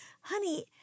honey